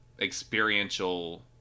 experiential